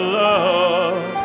love